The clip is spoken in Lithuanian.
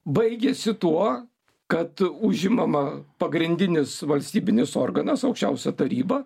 baigėsi tuo kad užimama pagrindinis valstybinis organas aukščiausia taryba